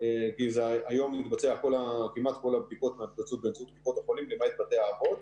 כי היום כמעט כל הבדיקות מתבצעות באמצעות קופות החולים למעט בתי האבות